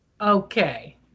Okay